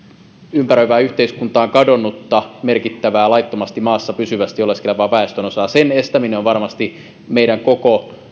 ympäröivään yhteiskuntaan kadonnutta merkittävää laittomasti maassa pysyvästi oleskelevaa väestönosaa sen estäminen itse asiassa on varmasti koko meidän